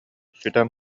сүтэн